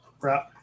Right